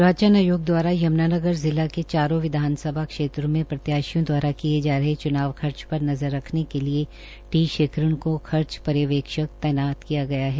निर्वाचन आयोग दवारा यमुनानगर जिला के चारों विधानसभाओं क्षेत्रो में प्रत्याशियों द्वारा किये जा रहे च्नाव खर्च पर नज़र रखने के लिए टी शेखरन को खर्च पर्यवेक्षक तैयात किया गया है